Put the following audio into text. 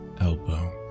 elbow